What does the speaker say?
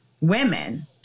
women